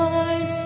Lord